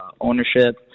ownership